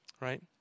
right